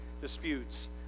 disputes